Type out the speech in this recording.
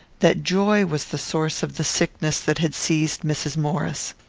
that joy was the source of the sickness that had seized mrs. maurice.